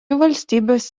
valstybės